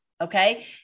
okay